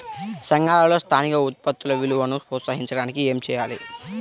సంఘాలలో స్థానిక ఉత్పత్తుల విలువను ప్రోత్సహించడానికి ఏమి చేయాలి?